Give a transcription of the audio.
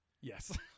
Yes